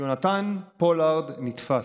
יונתן פולארד נתפס.